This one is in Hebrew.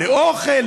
לאוכל,